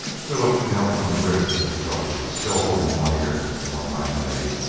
philip knelt on the ribs of his foe, still holding one ear and one hind leg.